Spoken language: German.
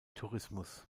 tourismus